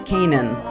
Canaan